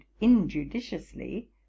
injudiciously